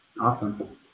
awesome